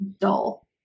dull